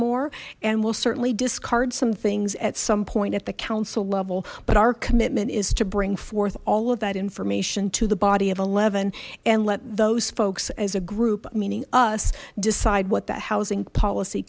more and we'll certainly discard some things at some point at the council level but our commitment is to bring forth all of that information to the body of eleven and let those folks as a group meaning us decide what the housing policy